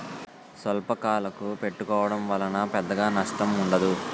స్వల్పకాలకు పెట్టుకోవడం వలన పెద్దగా నష్టం ఉండదు